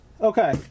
okay